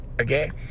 Okay